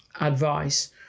advice